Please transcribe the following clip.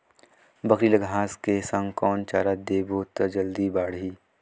बकरी ल घांस के संग कौन चारा देबो त जल्दी बढाही?